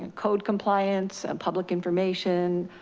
code compliance and public information.